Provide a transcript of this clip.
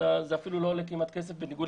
זה אפילו לא עולה כמעט כסף בניגוד